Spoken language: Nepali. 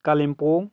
कालिम्पोङ